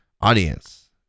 audience